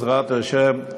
בעזרת השם,